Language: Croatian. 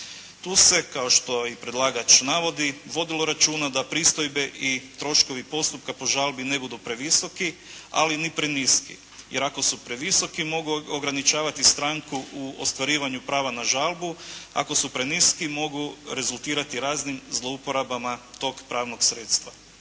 Tu se kao što i predlagač navodi vodilo računa da pristojbe i troškovi postupka po žalbi ne budu previsoki ali ni preniski jer ako su previsoki mogu ograničavati stranku u ostvarivanju prava na žalbu, ako su preniski mogu rezultirati raznim zlouporabama tog pravnog sredstva.